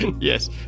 Yes